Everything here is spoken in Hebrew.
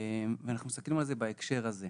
ואנחנו מסתכלים על זה בהקשר הזה.